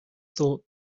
thought